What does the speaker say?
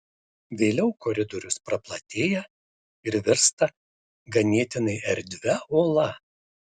vėliau koridorius praplatėja ir virsta ganėtinai erdvia ola